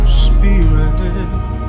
spirit